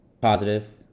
positive